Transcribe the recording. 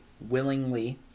willingly